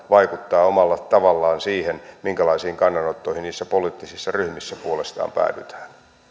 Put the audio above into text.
vaikuttaa omalla tavallaan siihen minkälaisiin kannanottoihin niissä poliittisissa ryhmissä puolestaan päädytään